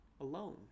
alone